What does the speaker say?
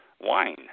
wine